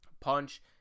punch